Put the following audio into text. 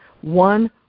one